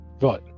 Right